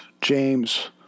James